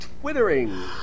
Twittering